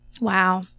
Wow